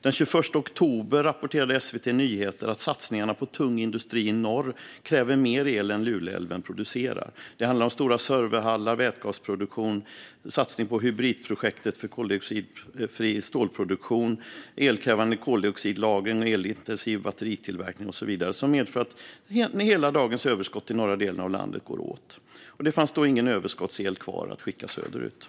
Den 21 oktober rapporterade SVT Nyheter att satsningarna på tung industri i norr kräver mer el än vad Luleälven producerar. Det handlar om stora serverhallar, vätgasproduktion, satsningen på Hybritprojektet för koldioxidfri stålproduktion, elkrävande koldioxidlagring när det gäller elintensiv batteritillverkning och så vidare som medförde att hela dagens överskott i norra delen av landet gick åt. Det fanns då ingen överskottsel kvar att skicka söderut.